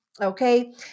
Okay